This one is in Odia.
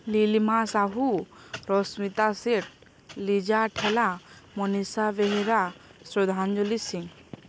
ଲିଲିମା ସାହୁ ରଶ୍ମିତା ସେଟ ଲିଜା ଠେଲା ମନିଷା ବେହେରା ଶ୍ରଦ୍ଧାଞ୍ଜଳି ସିଂ